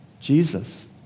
Jesus